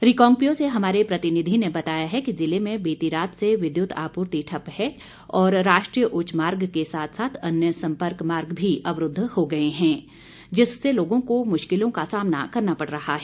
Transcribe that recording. रिकांगपिओ से हमारे प्रतिनिधि ने बताया है कि जिले में बीती रात से विद्युत आपूर्ति ठप्प है और राष्ट्रीय उच्च मार्गो के साथ साथ अन्य संपर्क मार्ग भी अवरूद्व हो गए हैं जिससे लोगों को मुश्किलों का सामना करना पड़ रहा है